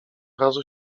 razu